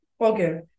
Okay